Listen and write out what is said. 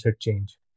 change